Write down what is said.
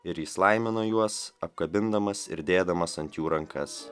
ir jis laimina juos apkabindamas ir dėdamas ant jų rankas